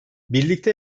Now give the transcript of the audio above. birlikte